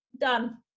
done